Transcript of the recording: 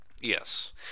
Yes